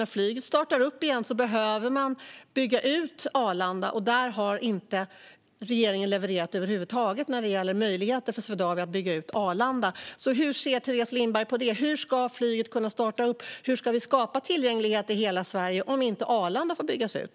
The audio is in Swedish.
När flyget startar upp igen behöver man bygga ut Arlanda, men regeringen har inte levererat över huvud taget när det gäller möjligheter för Swedavia att bygga ut Arlanda. Hur ser Teres Lindberg på det? Hur ska flyget kunna starta upp? Hur ska vi skapa tillgänglighet i hela Sverige om inte Arlanda får byggas ut?